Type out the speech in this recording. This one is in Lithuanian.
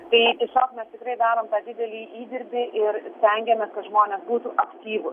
tai tiesiog mes tikrai darom tą didelį įdirbį ir stengiamės kad žmonės būtų aktyvūs